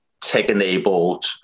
tech-enabled